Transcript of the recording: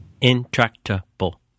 intractable